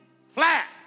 flat